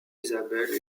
isabelle